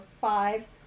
five